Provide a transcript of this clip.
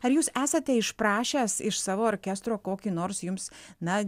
ar jūs esate išprašęs iš savo orkestro kokį nors jums na